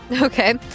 Okay